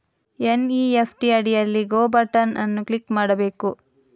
NEFT ಅಡಿಯಲ್ಲಿ go button ಅನ್ನು click ಮಾಡಬೇಕು